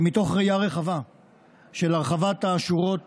מתוך ראייה רחבה של הרחבת השורות